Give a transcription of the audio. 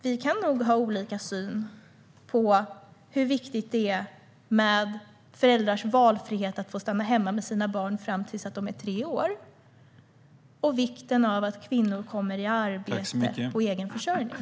Vi kan nog ha olika syn på hur viktigt det är med föräldrars valfrihet att få stanna hemma med sina barn fram till dess att barnen är tre år och vikten av att kvinnor kommer i arbete och egen försörjning.